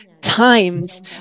times